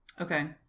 Okay